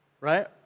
right